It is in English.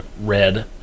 red